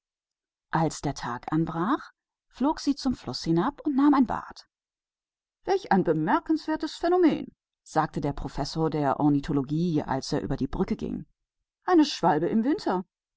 als der tag anbrach flog der vogel hinab zum fluß und nahm ein bad was für ein bemerkenswertes phänomenon sagte der professor der ornithologie während er über die brücke ging eine schwalbe im winter